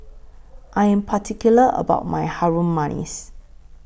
I Am particular about My Harum Manis